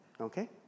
Okay